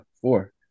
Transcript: four